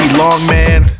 longman